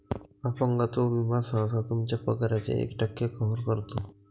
अपंगत्व विमा सहसा तुमच्या पगाराच्या एक टक्के कव्हर करतो